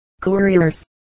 couriers